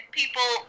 people